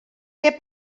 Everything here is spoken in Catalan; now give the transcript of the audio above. què